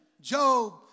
Job